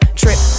trip